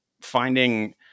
finding